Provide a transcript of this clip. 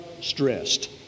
stressed